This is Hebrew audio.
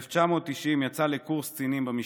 וב-1990 יצא לקורס קצינים במשטרה.